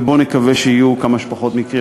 ובואו נקווה שיהיו כמה שפחות מקרים.